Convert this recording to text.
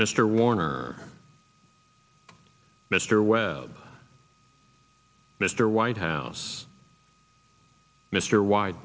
mr warner mr webb mr white house mr wyde